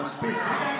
מספיק.